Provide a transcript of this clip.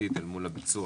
משמעותית אל מול הביצוע.